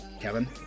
Kevin